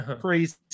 Crazy